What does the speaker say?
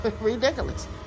ridiculous